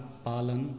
पालन